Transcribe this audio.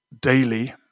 daily